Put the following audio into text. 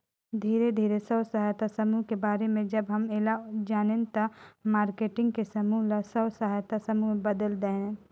धीरे धीरे स्व सहायता समुह के बारे में जब हम ऐला जानेन त मारकेटिंग के समूह ल स्व सहायता समूह में बदेल देहेन